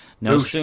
No